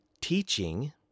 teaching